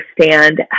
understand